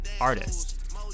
artist